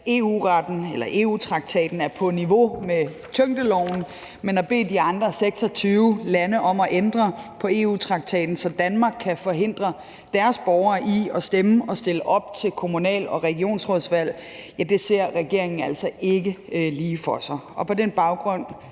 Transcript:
at EU-traktaten er på niveau med tyngdeloven, men at bede de andre 26 lande om at ændre på EU-traktaten, så Danmark kan forhindre deres borgere i at stemme og stille op til kommunal- og regionsrådsvalg, ser regeringen altså ikke lige for sig. Og på den baggrund